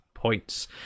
Points